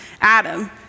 Adam